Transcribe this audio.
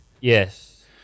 Yes